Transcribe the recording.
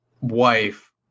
wife